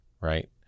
right